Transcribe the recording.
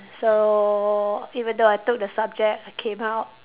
so even though I took the subject I came out